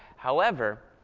however,